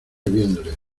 viéndoles